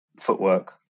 footwork